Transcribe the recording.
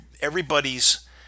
everybody's